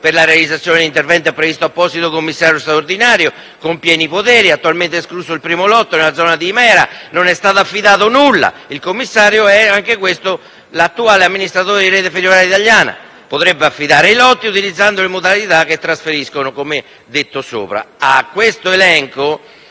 per la realizzazione degli interventi è previsto apposito commissario straordinario con pieni poteri; attualmente è escluso il primo lotto nella zona di Himera e non è stato affidato nulla. Anche in quest'ultimo caso il commissario è l'attuale amministratore di Rete ferroviaria italiana: potrebbe affidare i lotti utilizzando le modalità che trasferiscono, di cui sopra. Da questo elenco,